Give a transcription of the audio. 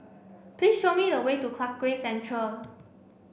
please show me the way to Clarke Quay Central